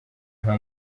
nka